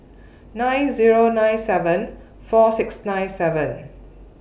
nine Zero nine seven four six nine seven